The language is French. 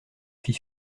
fit